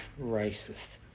racist